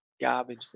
garbage